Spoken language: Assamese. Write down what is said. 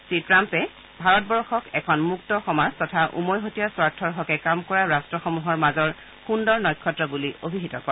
শ্ৰীট্ৰাম্পে ভাৰতবৰ্ষক এখন মুক্ত সমাজ তথা উমৈহতীয়া স্বাৰ্থৰ হকে কাম কৰা ৰট্টসমূহৰ মাজৰ সুন্দৰ নক্ষত্ৰ বুলি অভিহিত কৰে